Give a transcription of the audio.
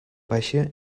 baixa